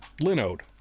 linode